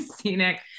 scenic